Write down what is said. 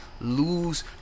lose